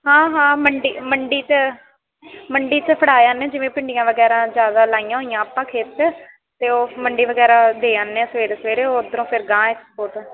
ਹਾਂ ਹਾਂ ਮੰਡੀ ਮੰਡੀ 'ਚ ਮੰਡੀ 'ਚ ਫੜਾ ਆਉਂਦੇ ਜਿਵੇਂ ਭਿੰਡੀਆਂ ਵਗੈਰਾ ਜ਼ਿਆਦਾ ਲਾਈਆਂ ਹੋਈਆਂ ਆਪਾਂ ਖੇਤ 'ਚ ਅਤੇ ਉਹ ਮੰਡੀ ਵਗੈਰਾ ਦੇ ਆਉਂਦੇ ਹਾਂ ਸਵੇਰੇ ਸਵੇਰੇ ਉਧਰੋਂ ਫਿਰ ਅਗਾਂਹ ਐਸਪੋਰਟ